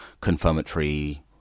confirmatory